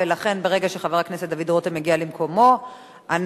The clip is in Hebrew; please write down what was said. ולכן ברגע שחבר הכנסת דוד רותם יגיע למקומו אנחנו